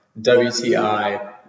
WTI